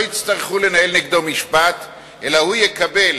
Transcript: לא יצטרכו לנהל נגדו משפט אלא הוא יקבל